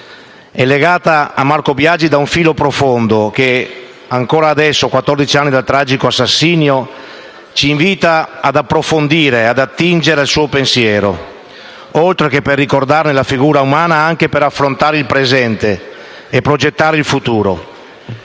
è legata da un filo profondo che, ancora adesso, a quattordici anni dal tragico assassinio, ci invita ad approfondire e ad attingere al suo pensiero, oltre che per ricordarne la figura umana, anche per affrontare il presente e progettare il futuro.